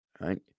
right